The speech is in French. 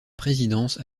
présidence